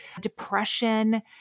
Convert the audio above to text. depression